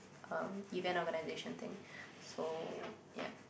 um event organisation thing so yup